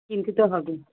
কিনতে তো হবে